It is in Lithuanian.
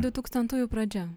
dutūkstantųjų pradžia